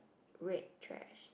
red trash